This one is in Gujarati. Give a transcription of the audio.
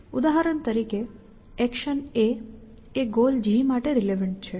ઉદાહરણ તરીકે એક્શન A એ ગોલ g માટે રિલેવન્ટ છે